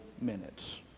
minutes